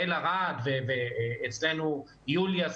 יעל ארד,